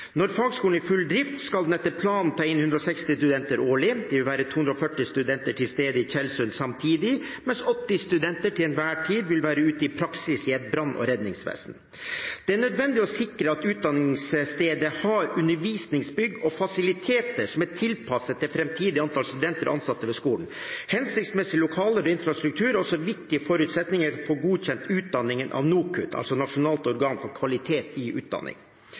Når fagskolen er i full drift, skal den etter planen ta inn 160 studenter årlig. Det vil være 240 studenter til stede i Tjeldsund samtidig, mens 80 studenter til enhver tid vil være ute i praksis i et brann- og redningsvesen. Det er nødvendig å sikre at utdanningsstedet har undervisningsbygg og fasiliteter som er tilpasset det framtidige antallet studenter og ansatte ved skolen. Hensiktsmessige lokaler og infrastruktur er også viktige forutsetninger for å få godkjent utdanningen av NOKUT, altså Nasjonalt organ for kvalitet i